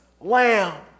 lamb